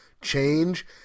change